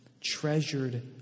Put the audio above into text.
treasured